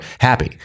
happy